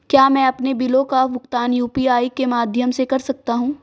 क्या मैं अपने बिलों का भुगतान यू.पी.आई के माध्यम से कर सकता हूँ?